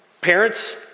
parents